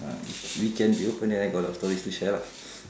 we can be open then I got a lot of stories to share lah